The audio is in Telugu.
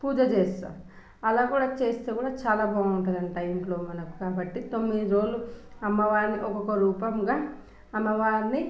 పూజ చేస్తారు అలా కూడా చేస్తే కూడా చాలా బాగుంటుంది అంట ఇంట్లో మనకు కాబట్టి తొమ్మిది రోజులు అమ్మవారిని ఒక్కొక్క రూపముగా అమ్మవారిని